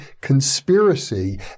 Conspiracy